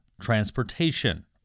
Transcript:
transportation